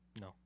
No